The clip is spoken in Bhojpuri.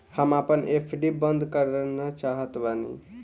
हम आपन एफ.डी बंद करना चाहत बानी